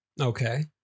okay